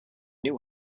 new